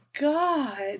God